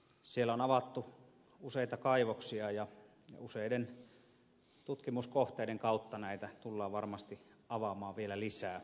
siellä on avattu useita kaivoksia ja useiden tutkimuskohteiden kautta näitä tullaan varmasti avaamaan vielä lisää